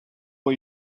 for